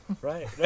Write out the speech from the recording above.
Right